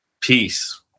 peace